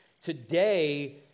Today